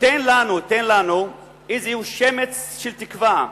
תן לנו, תן לנו איזה שמץ של תקווה,